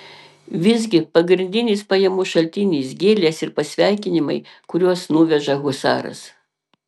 visgi pagrindinis pajamų šaltinis gėlės ir pasveikinimai kuriuos nuveža husaras